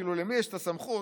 למי יש את הסמכות,